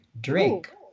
drink